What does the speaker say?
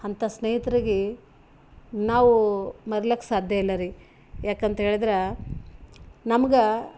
ಅಂಥ ಸ್ನೇಹಿತರಿಗೀ ನಾವು ಮರೀಲಿಕ್ ಸಾಧ್ಯ ಇಲ್ಲ ರೀ ಯಾಕಂತ್ಹೇಳಿದ್ರೆ ನಮ್ಗೆ